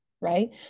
right